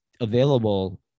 available